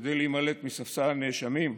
כדי להימלט מספסל הנאשמים?